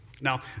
Now